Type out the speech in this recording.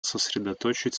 сосредоточить